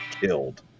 killed